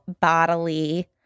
bodily